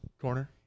corner